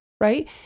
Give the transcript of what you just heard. right